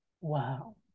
Wow